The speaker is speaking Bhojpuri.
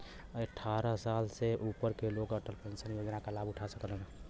अट्ठारह साल से ऊपर क लोग अटल पेंशन योजना क लाभ उठा सकलन